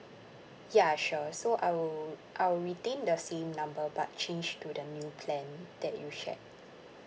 ya sure so I wou~ I would retain the same number but change to the new plan that you shared